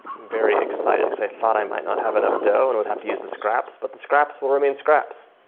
very excited cause i thought i might not have enough dough and would have to use the scraps but the scraps will remain scraps.